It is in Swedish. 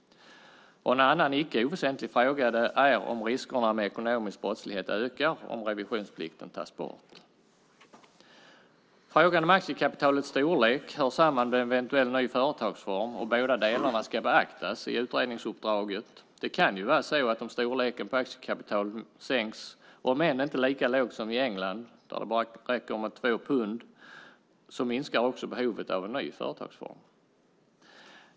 En annan icke oväsentlig fråga är om riskerna med ekonomisk brottslighet ökar om revisionsplikten tas bort. Frågan om aktiekapitalets storlek hör samman med en eventuell ny företagsform, och båda delarna ska beaktas i utredningsuppdraget. Det kan ju vara så att om storleken på aktiekapital sänks, om än inte lika lågt som i England där det räcker med 2 pund, minskar också behovet av en ny företagsform.